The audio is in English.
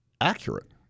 accurate